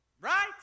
Right